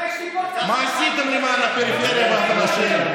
מה עשיתם למען הפריפריה והחלשים?